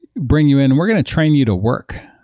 bring you in. we're going to train you to work.